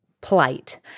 plight